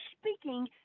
speaking